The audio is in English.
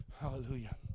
Hallelujah